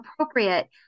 appropriate